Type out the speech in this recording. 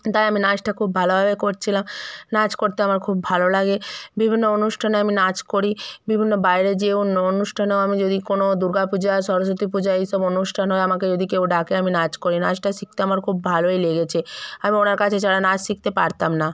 তাই আমি নাচটা খুব ভালোভাবে করছিলাম নাচ করতে আমার খুব ভালো লাগে বিভিন্ন অনুষ্ঠানে আমি নাচ করি বিভিন্ন বাইরে যেয়েও অন্য অনুষ্ঠানেও আমি যদি কোনো দুর্গা পূজা সরস্বতী পূজা এই সব অনুষ্ঠানেও আমাকে যদি কেউ ডাকে আমি নাচ করি নাচটা শিখতে আমার খুব ভালোই লেগেছে আমি ওনার কাছে ছাড়া নাচ শিখতে পারতাম না